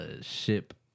ship